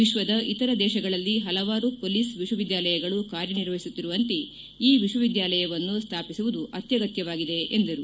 ವಿಶ್ವದ ಇತರ ದೇಶಗಳಲ್ಲಿ ಪಲವಾರು ಮೊಲೀಸ್ ವಿಶ್ವವಿದ್ಯಾಲಯಗಳು ಕಾರ್ಯನಿರ್ವಹಿಸುತ್ತಿರುವಂತೆ ಈ ವಿಶ್ವವಿದ್ಯಾಲಯವನ್ನು ಸ್ಲಾಪಿಸುವುದು ಅತ್ಯಗತ್ಯವಾಗಿದೆ ಎಂದರು